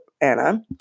Anna